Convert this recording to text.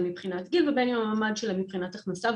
מבחינת גיל ובין אם המעמד שלה מבחינת הכנסה,